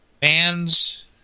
fans